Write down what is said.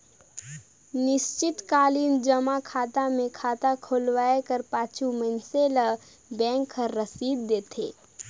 निस्चित कालीन जमा खाता मे खाता खोलवाए कर पाछू मइनसे ल बेंक हर रसीद देथे